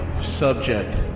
Subject